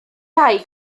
rai